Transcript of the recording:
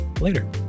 later